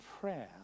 prayer